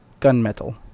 gunmetal